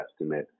estimate